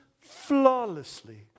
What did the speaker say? flawlessly